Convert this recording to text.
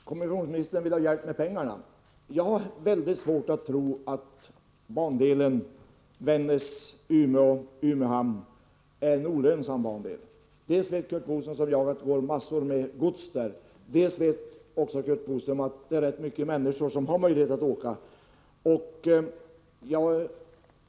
Herr talman! Kommunikationsministern vill ha hjälp med pengarna. Jag har mycket svårt att tro att bandelen Vännäs-Umeå-Umeå uthamn är en olönsam bandel. Dels vet Curt Boström, liksom jag, att det transporteras massor med gods där, dels vet Curt Boström att det finns många människor där som bör ha möjlighet att åka.